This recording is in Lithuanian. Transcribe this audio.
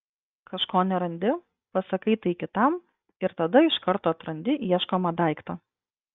kažko nerandi pasakai tai kitam ir tada iš karto atrandi ieškomą daiktą